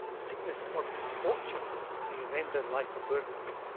sickness or misfortune may render life a burden,